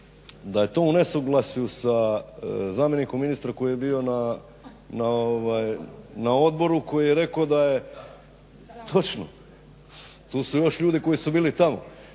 da je to u nesuglasju sa zamjenikom ministra koji je bio na odboru, koji je rekao da je točno, tu su još ljudi koji su bili tamo,